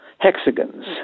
hexagons